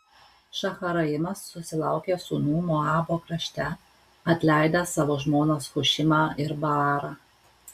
šaharaimas susilaukė sūnų moabo krašte atleidęs savo žmonas hušimą ir baarą